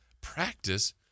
Practice